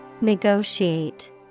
Negotiate